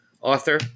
author